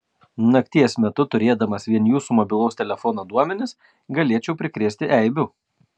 nakties metu turėdamas vien jūsų mobilaus telefono duomenis galėčiau prikrėsti eibių